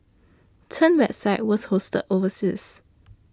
Chen's website was hosted overseas